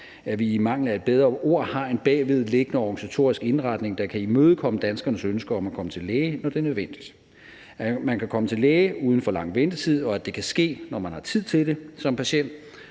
at vi i mangel af et bedre ord har en bagvedliggende organisatorisk indretning, der kan imødekomme danskernes ønske om at komme til læge, når det er nødvendigt, at man kan komme til læge uden for lang ventetid, og at det kan ske, når man har tid til det som patient.